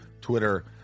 Twitter